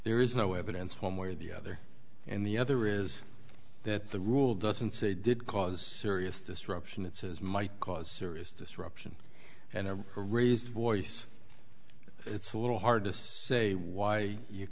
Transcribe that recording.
there is no evidence one way or the other and the other is that the rule doesn't say did cause serious disruption it says might cause serious disruption and a raised voice it's a little hard to say why you